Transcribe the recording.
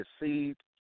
received